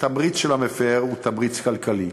התמריץ של המפר הוא תמריץ כלכלי.